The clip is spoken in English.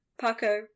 paco